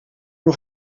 nog